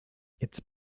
its